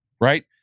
right